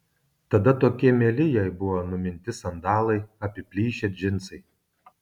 tada tokie mieli jai buvo numinti sandalai apiplyšę džinsai